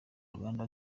rwanda